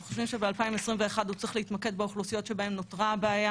אנחנו חושבים שב-2021 הוא צריך להתמקד באוכלוסיות שבהן נותרה הבעיה